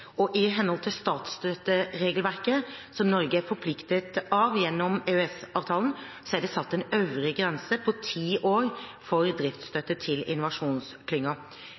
og i henhold til statsstøtteregelverket, som Norge er forpliktet av gjennom EØS-avtalen, er det satt en øvre grense på ti år for driftsstøtte til